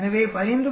எனவே 15